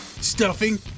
Stuffing